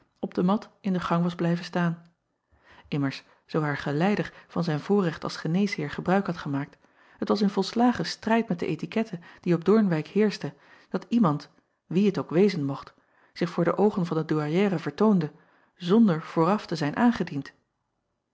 op de mat in de gang was blijven staan mmers zoo haar geleider van zijn voorrecht als geneesheer gebruik had gemaakt het was in volslagen strijd met de etikette die op oornwijck heerschte dat iemand wie t ook wezen mocht zich voor de oogen van de ouairière vertoonde zonder vooraf te zijn aangediend